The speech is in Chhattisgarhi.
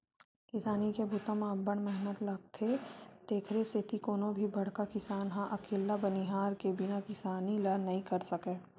किसानी के बूता म अब्ब्ड़ मेहनत लोगथे तेकरे सेती कोनो भी बड़का किसान ह अकेल्ला बनिहार के बिना किसानी ल नइ कर सकय